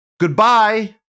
Goodbye